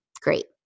Great